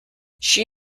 she